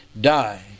die